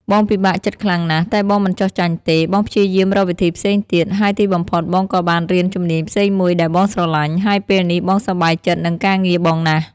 បងពិបាកចិត្តខ្លាំងណាស់ តែបងមិនចុះចាញ់ទេ បងព្យាយាមរកវិធីផ្សេងទៀត ហើយទីបំផុតបងក៏បានរៀនជំនាញផ្សេងមួយដែលបងស្រឡាញ់ ហើយពេលនេះបងសប្បាយចិត្តនឹងការងារបងណាស់។